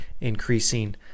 increasing